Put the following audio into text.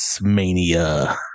mania